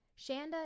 Shanda